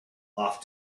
off